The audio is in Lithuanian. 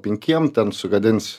penkiem ten sugadins